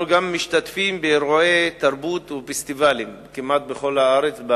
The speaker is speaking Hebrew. אנחנו גם משתתפים באירועי תרבות ובפסטיבלים כמעט בכל הארץ,